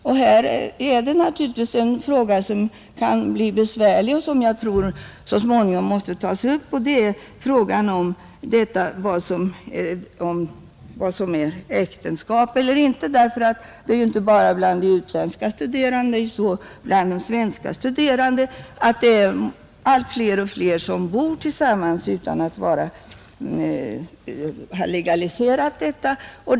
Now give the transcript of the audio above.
Här rör vi oss naturligtvis med en fråga som kan bli besvärlig och som jag tror småningom måste tas upp, och det är vad som är äktenskap eller inte, Det är ju inte bara bland de utländska studenterna utan även bland de svenska på det sättet att allt fler bor tillsammans utan att ha legaliserat sitt förhållande.